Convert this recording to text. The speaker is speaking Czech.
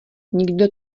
nikdo